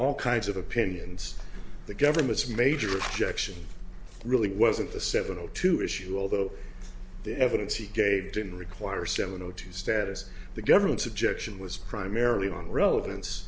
all kinds of opinions the government's major objection really wasn't the seven o two issue although the evidence he gave didn't require seven o two status the government's objection was primarily on relevance